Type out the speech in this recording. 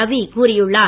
ரவி கூறியுள்ளார்